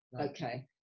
Okay